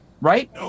Right